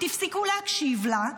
הפסיקו להקשיב לה,